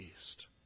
East